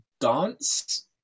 dance